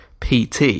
PT